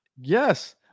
Yes